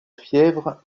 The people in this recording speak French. fièvre